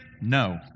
no